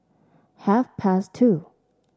half past two